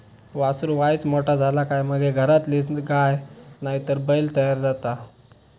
वासरू वायच मोठा झाला काय मगे घरातलीच गाय नायतर बैल तयार जाता